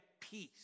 peace